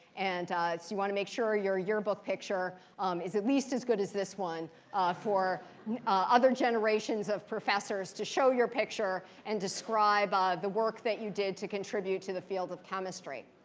and so you want to make sure your yearbook picture is at least as good as this one for other generations of professors to show your picture and describe ah the work that you did to contribute to the field of chemistry.